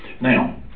Now